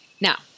now